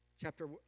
Chapter